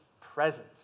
present